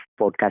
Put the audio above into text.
Podcast